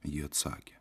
ji atsakė